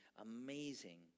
amazing